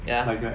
ya